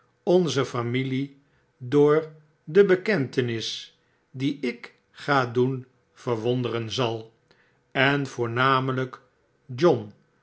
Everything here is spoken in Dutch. onzer familie door de bekentenis die ik ga doen verwonderen zal en voornamelyk john